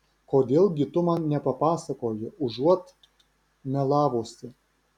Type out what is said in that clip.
kodėl gi tu man nepapasakoji užuot melavusi